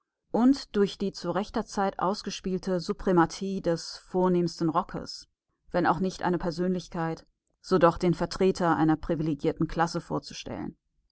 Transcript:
und durch die zu rechter zeit ausgespielte suprematie des vornehmsten rockes wenn auch nicht eine persönlichkeit so doch den vertreter einer privilegierten klasse vorzustellen